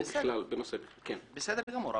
בסדר גמור.